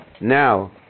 Now